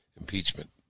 impeachment